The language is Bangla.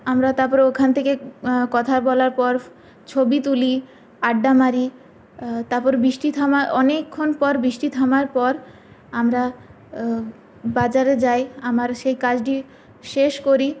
আমরা তারপর ওখান থেকে কথা বলার পর ছবি তুলি আড্ডা মারি তারপর বৃষ্টি থামার অনেকক্ষণ পর বৃষ্টি থামার পর আমরা বাজারে যাই আমার সেই কাজটি শেষ করি